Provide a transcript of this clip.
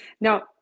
now